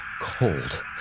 cold